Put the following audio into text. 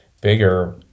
bigger